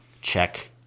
check